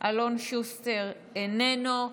אלון שוסטר, איננו.